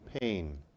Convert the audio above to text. pain